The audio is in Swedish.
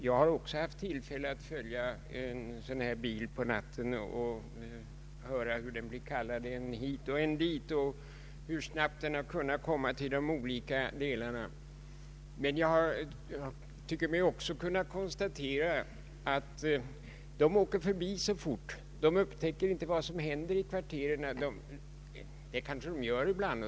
Jag har också haft tillfälle att följa en polisbil på natten och höra hur den blir kallad än hit och än dit och hur snabbt den kan komma till olika platser. Jag har emellertid också tyckt mig kunna konstatera att polismännen i bilen färdas så fort att de inte upptäcker vad som händer i kvarteren.